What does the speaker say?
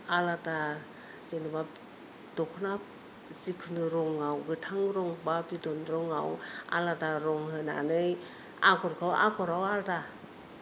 आलादा जेन'बा दख'ना जिखुनु रङाव गोथां रं एबा बिदन रङाव आलादा रं होनानै आगरखौ आगराव आलदा